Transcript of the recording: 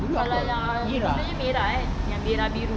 dulu apa merah eh